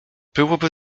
byłoby